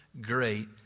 Great